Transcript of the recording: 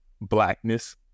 blackness